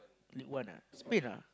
league one ah Spain ah